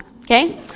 Okay